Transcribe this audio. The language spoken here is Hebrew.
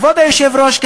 כבוד היושב-ראש,